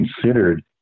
considered